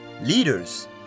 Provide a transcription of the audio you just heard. leaders